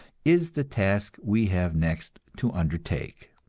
is the task we have next to undertake.